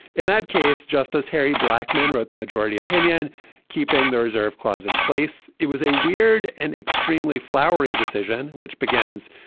in that case, justice harry blackman wrote the majority opinion keeping the reserve clause in place. it was a weird and extremely flowery decision which begins.